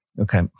Okay